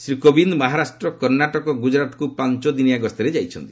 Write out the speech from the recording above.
ଶ୍ରୀକୋବିନ୍ଦ ମହାରାଷ୍ଟ୍ର କର୍ଷ୍ଣାଟକ ଓ ଗୁଜରାଟ୍କୁ ପାଞ୍ଚଦିନିଆ ଗସ୍ତରେ ଯାଇଛନ୍ତି